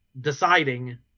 deciding